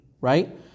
right